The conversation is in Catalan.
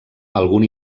algun